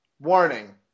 Warning